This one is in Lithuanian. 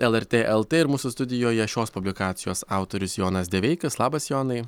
lrt lt ir mūsų studijoje šios publikacijos autorius jonas deveikis labas jonai